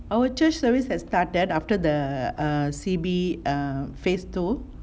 our church service has started after the err C_B err phase two